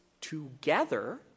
together